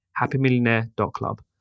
happymillionaire.club